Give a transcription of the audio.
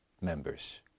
members